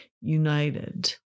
united